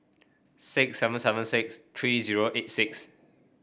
six seven seven six three zero eight six